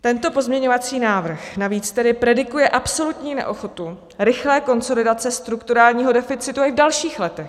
Tento pozměňovací návrh navíc tedy predikuje absolutní neochotu rychlé konsolidace strukturálního deficitu i v dalších letech.